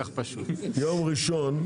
יום ראשון,